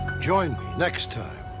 join next time.